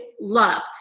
love